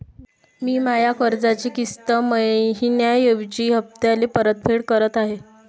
मी माया कर्जाची किस्त मइन्याऐवजी हप्त्याले परतफेड करत आहे